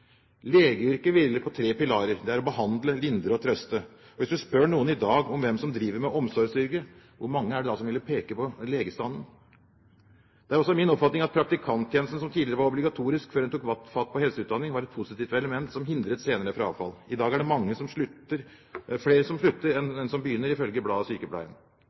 Legeyrket hviler på tre pilarer: Det er å behandle, lindre og trøste. Hvis man spør noen i dag om hvem som driver med omsorgsyrker, hvor mange er det da som ville peke på legestanden? Det er også min oppfatning at praktikanttjenesten, som tidligere var obligatorisk før en tok fatt på en helseutdanning, var et positivt element som hindret senere frafall. I dag er det flere som slutter enn som begynner, ifølge bladet Sykepleien.